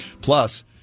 Plus